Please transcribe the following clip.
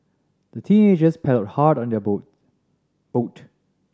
the teenagers paddled hard on their boat